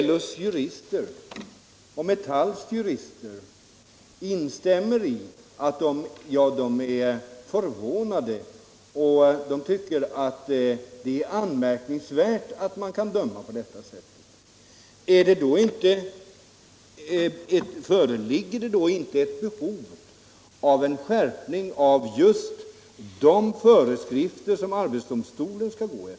LO:s och Mctalls jurister är förvånade och tycker att det är anmärkningsvärt att man kan döma på detta sätt. Föreligger det då inte ett behov av en skärpning av de föreskrifter som arbetsdomstolen skall gå efier?